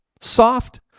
soft